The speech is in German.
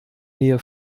nähe